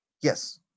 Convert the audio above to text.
yes